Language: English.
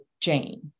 Jane